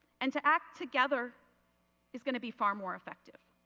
and to act together is going to be far more effective.